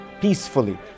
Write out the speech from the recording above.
peacefully